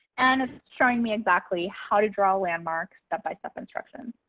and it's showing me exactly how to draw landmarks step-by-step instructions.